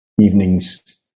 evenings